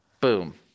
Boom